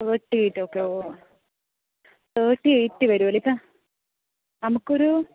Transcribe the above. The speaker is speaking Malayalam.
തേർട്ടി എയ്റ്റോക്കയോ തേർട്ടി എയ്റ്റ് വരുമല്ലേ ഇപ്പം നമുക്കൊരു